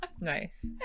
Nice